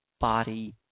body